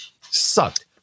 Sucked